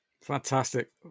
Fantastic